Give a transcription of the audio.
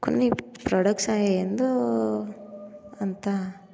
కొన్ని ప్రొడక్ట్స్ అవి ఏందో అంత